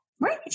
right